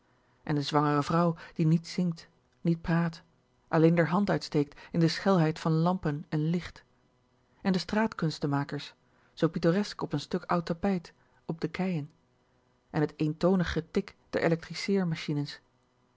en de zwangere vrouw die niet zingt niet praat alleen d'r hand uitsteekt in de schelheid van lampen en licht en de straat kunstenmakers zoo pittoresk op n stuk oud tapijt op de keien en t een getik der electriceer machines